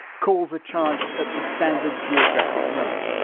calls are charged at the standard geographic rate.